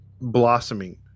blossoming